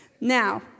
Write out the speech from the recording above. Now